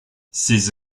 ses